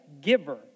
giver